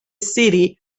city